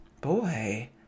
boy